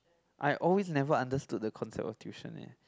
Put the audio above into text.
I always never understood the concept of tuition eh